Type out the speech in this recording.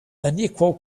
unequal